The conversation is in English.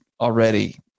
already